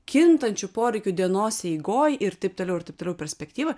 kintančių poreikių dienos eigoj ir taip toliau ir taip toliau perspektyvą